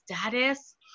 status